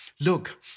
Look